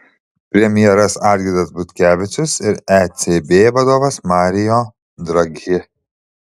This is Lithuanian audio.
premjeras algirdas butkevičius ir ecb vadovas mario draghi